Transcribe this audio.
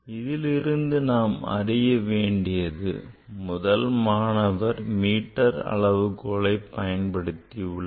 இதிலிருந்து நாம் அறிய வேண்டியது முதல் மாணவர் மீட்டர் அளவுகோலை பயன்படுத்தியுள்ளார்